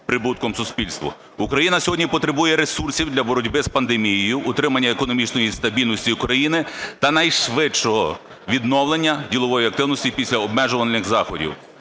Україна сьогодні потребує ресурсів для боротьби з пандемією, утримання економічної стабільності України та найшвидшого відновлення ділової активності післяобмежувальних заходів.